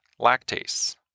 lactase